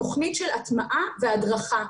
תוכנית של הטמעה והדרכה,